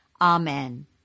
Amen